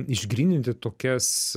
išgryninti tokias